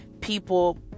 people